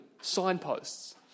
signposts